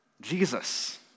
Jesus